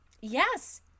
Yes